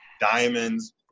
diamonds